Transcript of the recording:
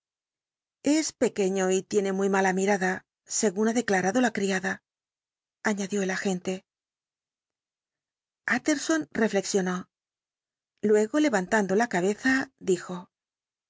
es pequeño y tiene muy mala mirada según ha declarado la criada añadió el agente utterson reflexionó luego levantando la cabeza dijo